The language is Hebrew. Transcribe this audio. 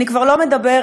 אני כבר לא מדברת